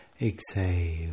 exhale